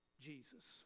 Jesus